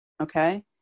okay